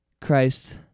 Christ